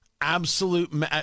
Absolute